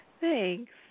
Thanks